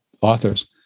authors